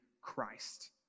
Christ